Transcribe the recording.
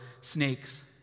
snakes